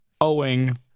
owing